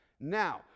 Now